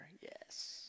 Yes